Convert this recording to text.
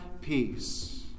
peace